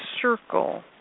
circle